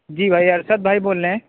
جی بھائی ارشد بھائی بول رہے ہیں